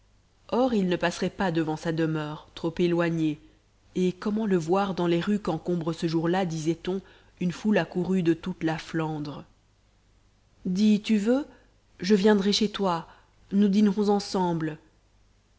or il ne passerait pas devant sa demeure trop éloignée et comment le voir dans les rues qu'encombre ce jour-là disait-on une foule accourue de toute la flandre dis tu veux je viendrai chez toi nous dînerons ensemble